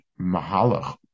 mahalach